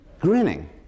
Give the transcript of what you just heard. grinning